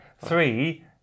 Three